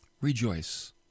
Rejoice